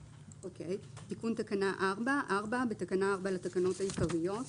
תיקון תקנה 4 בתקנה 4 לתקנות העיקריות: